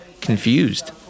confused